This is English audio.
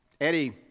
Eddie